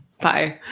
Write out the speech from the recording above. Bye